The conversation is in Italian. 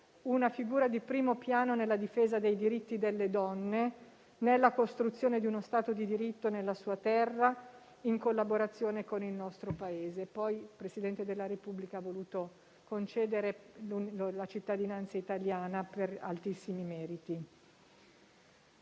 una figura di primo piano nella difesa dei diritti delle donne e nella costruzione di uno Stato di diritto nella sua terra, in collaborazione con il nostro Paese, cui poi il Presidente della Repubblica ha voluto concedere la cittadinanza italiana per altissimi meriti.